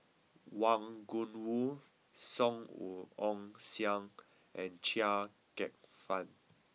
Wang Gungwu Song Ong Siang and Chia Kwek Fah